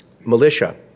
militia